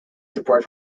support